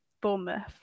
Bournemouth